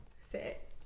sit